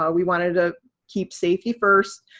ah we wanted to keep safety first.